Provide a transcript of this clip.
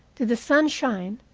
did the sun shine,